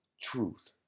truth